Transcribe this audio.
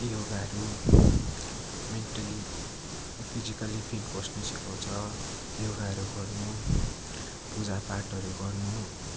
योगाहरू mentally physically fit बस्नु सिकाउँछ योगाहरू गर्नु पूजा पाठहरू गर्नु